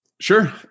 Sure